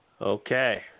Okay